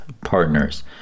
partners